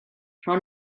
rho